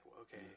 okay